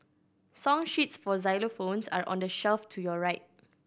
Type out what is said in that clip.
song sheets for xylophones are on the shelf to your right